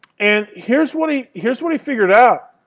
and here's what he here's what he figured out.